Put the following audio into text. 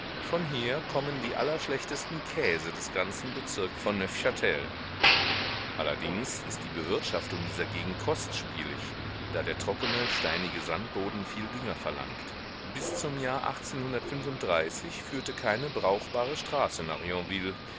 von hier kommen die allerschlechtesten käse des ganzen bezirks von neufchtel allerdings ist die bewirtschaftung dieser gegend kostspielig da der trockene steinige sandboden viel dünger verlangt bis zum jahre führte keine brauchbare straße nach